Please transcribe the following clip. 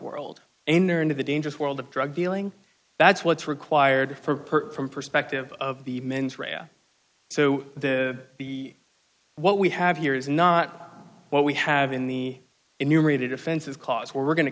world enter into the dangerous world of drug dealing that's what's required for from perspective of the mens rea so the the what we have here is not what we have in the enumerated offenses cause we're going to